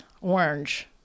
orange